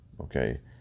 Okay